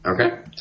Okay